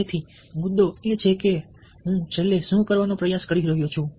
તેથી મુદ્દો એ છે કે હું છેલ્લે શું કરવાનો પ્રયાસ કરી રહ્યો છું